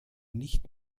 nicht